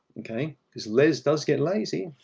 okay? because, les does get lazy.